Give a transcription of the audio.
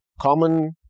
common